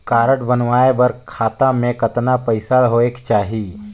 Card बनवाय बर खाता मे कतना पईसा होएक चाही?